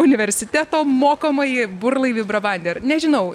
universiteto mokomąjį burlaivį bravander nežinau